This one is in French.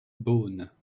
beaune